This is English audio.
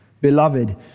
Beloved